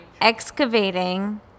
excavating